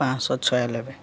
ପାଞ୍ଚଶହ ଛୟାନବେ